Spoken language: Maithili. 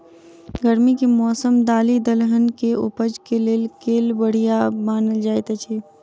गर्मी केँ मौसम दालि दलहन केँ उपज केँ लेल केल बढ़िया मानल जाइत अछि?